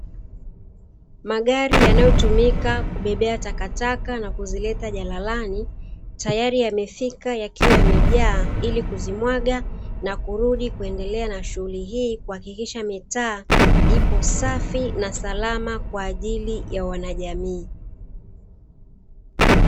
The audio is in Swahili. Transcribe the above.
Magari yanayotumika kubebea takataka na kuzileta jalalani, tayari yamefika yakiwa yamejaa ili kuzimwaga, na kurudi kuendelea na shughuli hii, kuhakikisha mitaa ipo safi na salama kwa ajili ya wanajamii.